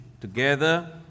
together